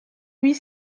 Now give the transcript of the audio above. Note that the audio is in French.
huit